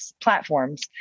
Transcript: platforms